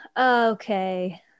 okay